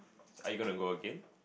are you gonna go again